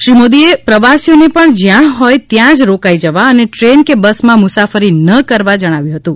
શ્રી મોદીએ પ્રવાસીઓને પણ જયાં હોય ત્યાં જ રોકાઇ જવા અને ટ્રેન કે બસમાં મુસાફરી ન કરવા જણાવ્યું હતું